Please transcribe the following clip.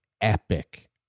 epic